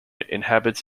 inhabits